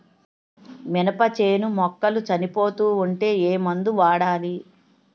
మినప చేను మొక్కలు చనిపోతూ ఉంటే ఏమందు వాడాలి?